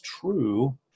true